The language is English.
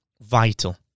vital